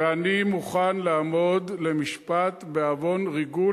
ואני מוכן לעמוד למשפט בעוון ריגול.